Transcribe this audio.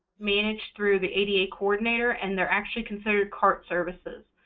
managed through the ada coordinator, and they're actually considered cart services,